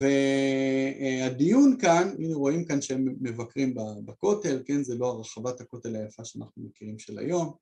והדיון כאן, הנה רואים כאן שהם מבקרים בכותל, כן, זה לא רחבת הכותל היפה שאנחנו מכירים של היום